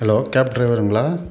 hello cab ட்ரைவருங்களா